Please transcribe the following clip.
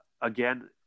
again